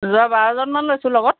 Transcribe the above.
দহ বাৰজনমান লৈছোঁ লগত